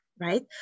right